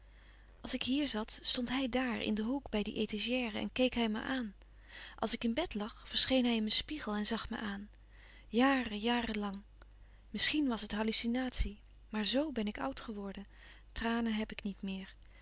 als ik hier zat stond hij daar in den hoek bij die etagère en keek hij me aan als ik in bed lag verscheen hij in mijn spiegel en zag me aan jaren jaren lang misschien was het hallucinatie maar zoo ben ik oud geworden tranen heb ik niet meer